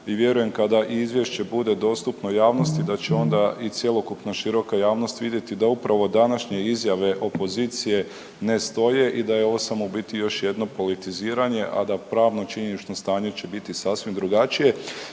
i vjerujem kada izvješće bude dostupno javnosti da će onda i cjelokupna široka javnost vidjeti da upravo današnje izjave opozicije ne stoje i da je ovo samo u biti još jedno politiziranje a da pravno činjenično stanje će biti sasvim drugačije.